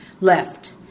Left